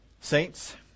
saints